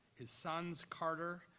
his sons carter,